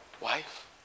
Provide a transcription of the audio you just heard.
Wife